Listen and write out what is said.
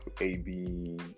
AB